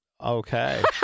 Okay